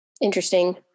interesting